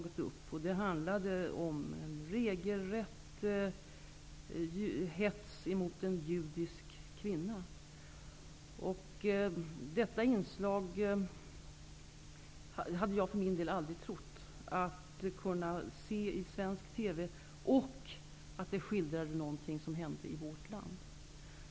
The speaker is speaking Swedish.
Inslaget handlade om regelrätt hets mot en judisk kvinna. För min del hade jag aldrig trott det vara möjligt att i svensk TV få se något sådant och att det skildrade något som hänt i vårt land.